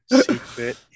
Secret